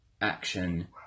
action